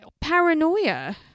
paranoia